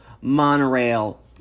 Monorail